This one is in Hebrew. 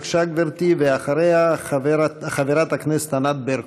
בבקשה, גברתי, ואחריה, חברת הכנסת ענת ברקו.